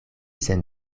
sen